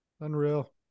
Unreal